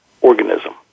organism